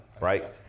right